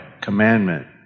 commandment